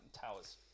towers